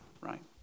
right